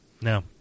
no